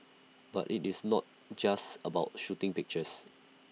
but IT is not just about shooting pictures